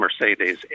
Mercedes